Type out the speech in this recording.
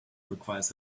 requires